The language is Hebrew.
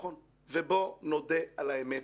ובואו נודה על האמת